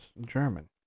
German